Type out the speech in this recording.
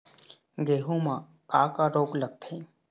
गेहूं म का का रोग लगथे?